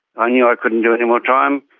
ah knew i couldn't do any more time.